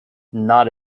not